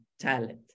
talent